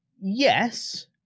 Yes